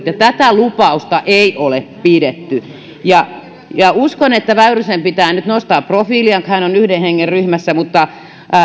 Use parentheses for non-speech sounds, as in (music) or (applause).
(unintelligible) ja tätä lupausta ei ole pidetty uskon että väyrysen pitää nyt nostaa profiiliaan kun hän on yhden hengen ryhmässä mutta